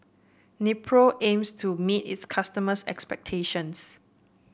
Nepro aims to meet its customers' expectations